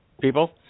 people